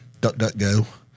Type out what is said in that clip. DuckDuckGo